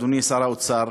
אדוני שר האוצר,